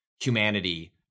humanity